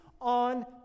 on